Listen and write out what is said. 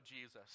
Jesus